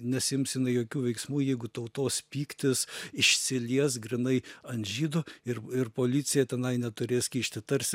nesiims jinai jokių veiksmų jeigu tautos pyktis išsilies grynai ant žydų ir ir policija tenai neturės kišti tarsi